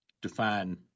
define